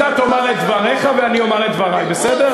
אתה תאמר את דבריך, ואני אומר את דברי, בסדר?